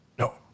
no